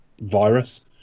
virus